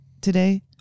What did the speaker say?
today